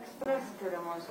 ekspres tyrimus